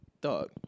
Dog